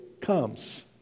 comes